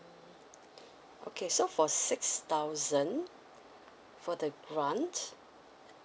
okay so for six thousand for the grant